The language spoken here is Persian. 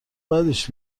بدش